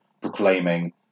proclaiming